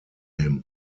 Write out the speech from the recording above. him